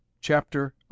Chapter